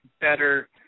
better